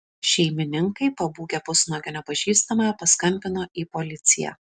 šeimininkai pabūgę pusnuogio nepažįstamojo paskambino į policiją